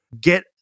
Get